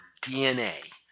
DNA